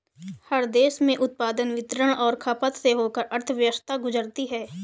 हर देश में उत्पादन वितरण और खपत से होकर अर्थव्यवस्था गुजरती है